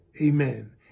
Amen